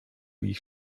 ich